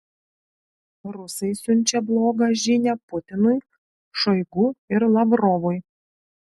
rusai siunčia blogą žinią putinui šoigu ir lavrovui